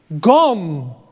gone